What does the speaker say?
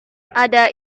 ada